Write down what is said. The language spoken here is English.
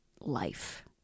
life